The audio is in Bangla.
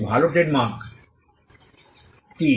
একটি ভাল ট্রেডমার্ক কি